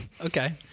Okay